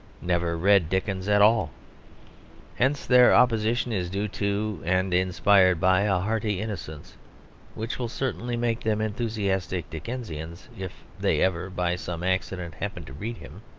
never read dickens at all hence their opposition is due to and inspired by a hearty innocence which will certainly make them enthusiastic dickensians if they ever, by some accident, happen to read him.